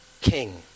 king